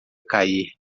cair